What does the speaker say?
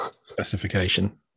specification